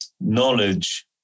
knowledge